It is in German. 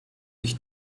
ich